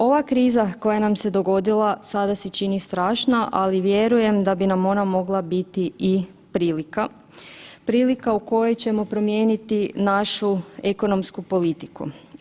Ova kriza koja nam se dogodila sada se čini strašna, ali vjerujem da bi nam ona mogla biti i prilika, prilika u kojoj ćemo promijeniti našu ekonomsku politiku.